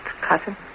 cousin